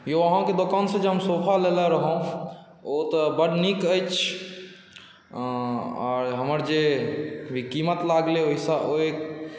यौ अहाँके दोकानसँ जे हम सोफा लेने रहहुँ ओ तऽ बड्ड नीक अछि आर हमर जे कीमत लागलै ओहिसँ ओहि